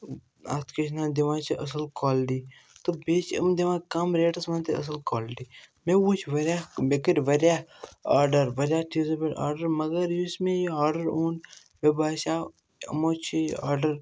أکِس نہٕ دِوان چھِ اَصٕل کولٹی تہٕ بیٚیہِ چھِ أمۍ دِوان کَم ریٹَس منٛز تہِ اَصٕل کولٹی مےٚ وٕچھ واریاہ مےٚ کٔرۍ واریاہ آرڈَر واریاہ چیٖزو پٮ۪ٹھ آرڈَر مگر یُس مےٚ یہِ آرڈَر اوٚن مےٚ باسیٛو یِمو چھِ یہِ آرڈَر